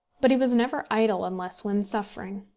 but he was never idle unless when suffering.